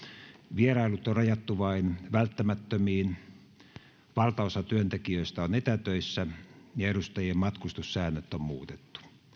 vierailut on rajattu vain välttämättömiin valtaosa työntekijöistä on etätöissä ja edustajien matkustussäännöt on muutettu